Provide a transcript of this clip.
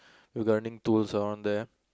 with gardening tools around there